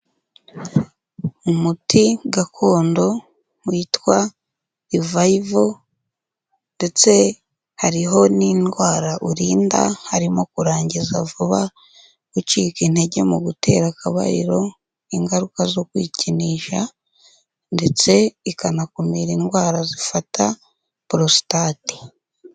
Umuti gakondo witwa rivayivo ndetse hariho n'indwara urinda, harimo kurangiza vuba, gucika intege mu gutera akabariro, ingaruka zo kwikinisha ndetse ikanakumira indwara zifata porositate.